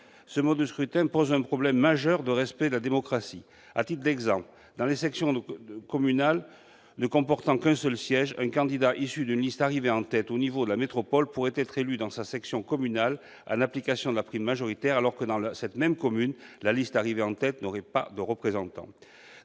Ce mode de scrutin pose un problème majeur quant au respect de la démocratie. À titre d'exemple, dans les sections communales ne comportant qu'un seul siège, un candidat issu d'une liste arrivée en tête à l'échelle de la métropole pourrait être élu dans sa section communale, en application de la prime majoritaire, alors que, dans cette même commune, la liste arrivée en tête n'aurait pas de représentant.